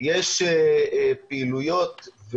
יש פעילויות,